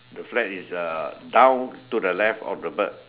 the flag is a down to the left of the bird